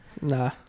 Nah